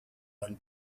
one